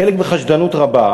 חלק בחשדנות רבה,